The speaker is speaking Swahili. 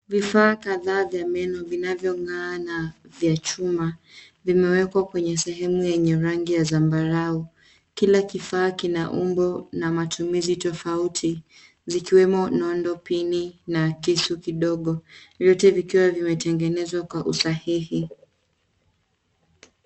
Vifaa kadhaa vya meno vinavyong'aa na vya chuma vimewekwa kwenye sehemu yenye rangi ya zambarau. Kila kifaa kina umbo na matumizi tofauti , zikiwemo nondo, pini na kisu kidogo, vyote vikiwa vimetengenezwa kwa usahihi.